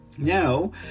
Now